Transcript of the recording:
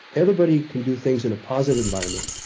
everybody can do things in a positive environment,